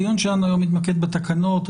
הדיון היום מתמקד בתקנות.